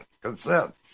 consent